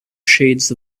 shades